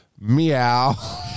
Meow